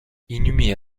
inhumée